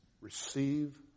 receive